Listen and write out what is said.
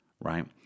Right